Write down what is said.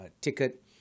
ticket